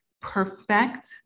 perfect